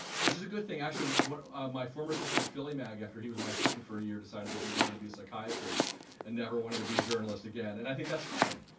which is a good thing, actually. what my former assistant in and philly mag after he was my assistant for a year decided that he wanted to be a psychiatrist and never wanted to be a journalist again and i think that's fine.